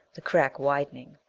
the crack widening.